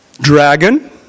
Dragon